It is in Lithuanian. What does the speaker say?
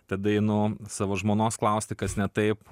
tada einu savo žmonos klausti kas ne taip